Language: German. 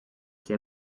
sehr